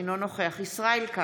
אינו נוכח ישראל כץ,